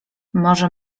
może